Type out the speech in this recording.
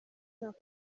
umwaka